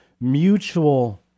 mutual